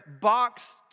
box